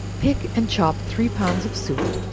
pick and chop three pounds of suet,